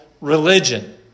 religion